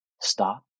stop